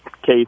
case